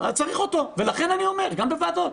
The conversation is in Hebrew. אז צריך אותו, ולכן אני אומר גם בוועדות.